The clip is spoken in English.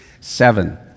seven